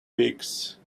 weeks